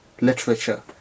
literature